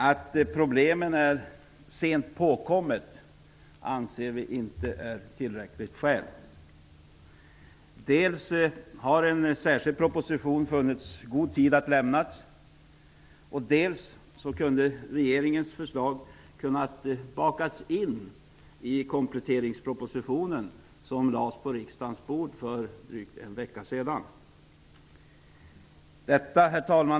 Att problemen är sent påkomna anser vi inte är ett tillräckligt skäl. Dels har det funnits gott om tid att lägga fram en särskild proposition, dels hade regeringens förslag kunnat bakas in i kompletteringspropositionen som lades på riksdagens bord för drygt en vecka sedan. Herr talman!